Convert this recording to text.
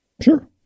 Sure